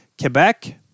Quebec